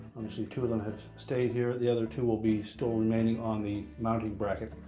obviously, two of them have stayed here, the other two will be still remaining on the mounting bracket.